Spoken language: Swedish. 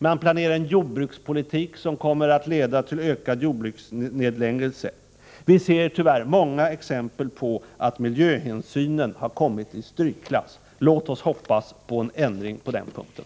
Det planeras en jordbrukspolitik som kommer att leda till ökade jordbruksnedläggelser. Det finns tyvärr många exempel på att miljöhänsynen har hamnat i strykklass. Låt oss hoppas på en ändring på den punkten.